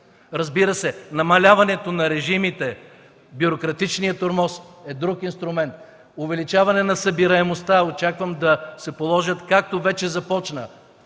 Разбира се, намаляването на режимите, бюрократичният тормоз е друг инструмент. Увеличаване на събираемостта – очаквам да се положат, както вече започна